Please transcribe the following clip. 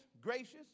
gracious